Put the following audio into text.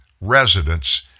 residents